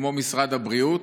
כמו משרד הבריאות,